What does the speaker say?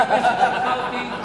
למה הכנסת שלחה אותי?